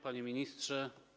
Panie Ministrze!